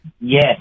Yes